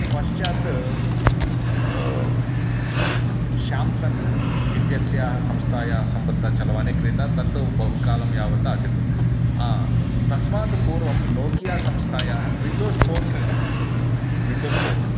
पश्चात् शाम्सङ्ग् इत्यस्याः संस्थायाः सम्बद्धचरवाणी क्रीता तत् बहुकालं यावत् आसीत् हा तस्मात् पूर्वं नोकिया संस्थायाः विण्डोस् फ़ोन् क्रीतं विण्डोस् फ़ोन्